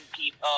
people